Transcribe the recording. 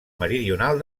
meridional